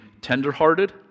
tenderhearted